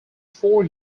four